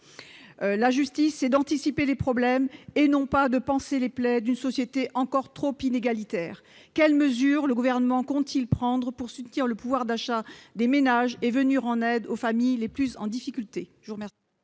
La justice consiste à anticiper les problèmes et non pas à panser les plaies d'une société encore trop inégalitaire. Quelles mesures le Gouvernement compte-t-il prendre pour soutenir le pouvoir d'achat des ménages et venir en aide aux familles les plus en difficulté ?